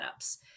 setups